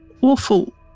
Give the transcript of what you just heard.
awful